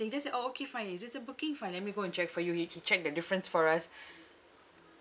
just said orh okay fine is this a booking fine let me go and check for you he he check the difference for us